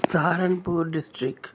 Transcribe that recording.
Saharanpur district